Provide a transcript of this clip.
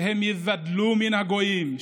שהם ייבדלו מן הגויים,